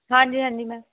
ਹਾਂਜੀ ਹਾਂਜੀ ਮੈਂ